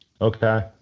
Okay